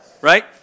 right